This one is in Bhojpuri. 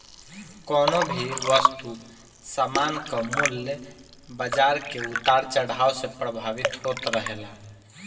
कवनो भी वस्तु सामान कअ मूल्य बाजार के उतार चढ़ाव से प्रभावित होत रहेला